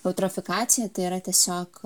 eutrofikacija tai yra tiesiog